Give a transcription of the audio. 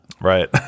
right